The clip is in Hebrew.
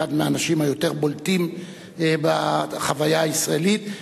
אחד מהאנשים היותר בולטים בחוויה הישראלית.